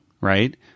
right